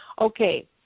Okay